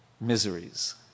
miseries